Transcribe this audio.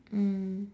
mm